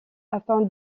afin